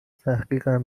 تحقیقم